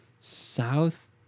South